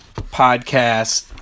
podcast